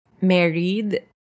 married